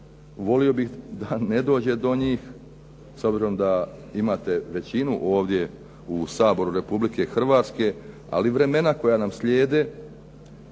volio bih da ne dođe do njih s obzirom da imate većinu ovdje u Saboru Republike Hrvatske, ali vremena koja nam slijede,